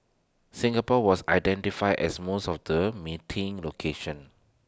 Singapore was identified as most of the meeting locations